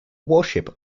worship